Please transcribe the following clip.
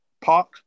Park